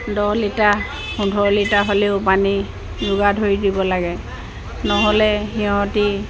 দহ লিটাৰ পোন্ধৰ লিটাৰ হ'লেও পানী যোগান ধৰি দিব লাগে নহ'লে সিহঁতে